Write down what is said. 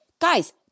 Guys